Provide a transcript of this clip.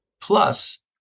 plus